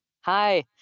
Hi